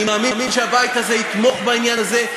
אני מאמין שהבית הזה יתמוך בעניין הזה,